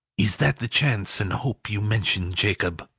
is that the chance and hope you mentioned, jacob?